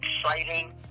exciting